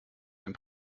dem